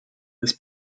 this